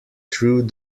through